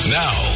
now